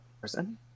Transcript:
person